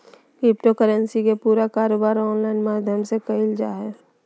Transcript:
crypto currency के पूरा कारोबार ऑनलाइन माध्यम से क़इल जा हइ